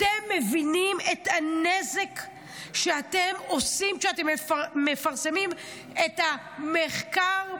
אתם מבינים את הנזק שאתם עושים כשאתם מפרסמים את "המחקר המדעי"